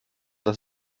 das